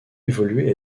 évoluer